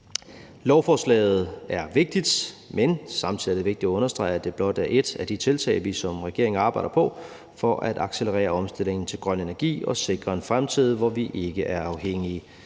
Lovforslaget er vigtigt, men samtidig er det vigtigt at understrege, at det bør være et af de tiltag, vi som regering arbejder på for at accelerere omstillingen til grøn energi og sikre en fremtid, hvor vi ikke er afhængige